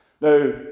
Now